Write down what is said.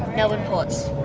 melbourne ports.